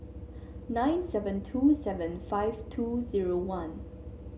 nine seven two seven five two zero one